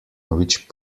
which